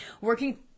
working